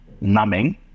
numbing